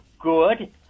good